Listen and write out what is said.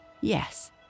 Yes